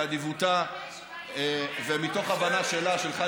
באדיבותה ומתוך הבנה שלה ושלך,